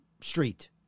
street